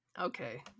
okay